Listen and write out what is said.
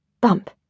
Bump